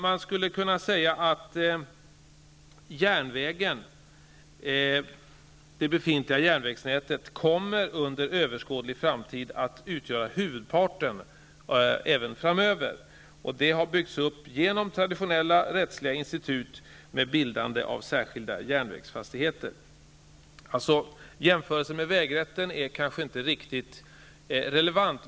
Man skulle kunna säga att det befintliga järnvägsnätet även under överskådlig tid framöver kommer att utgöra huvudparten. Det här har byggts upp genom traditionella rättsliga institut med bildande av särskilda järnvägsfastigheter. Jämförelsen med vägrätten är kanske inte riktigt relevant.